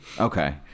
okay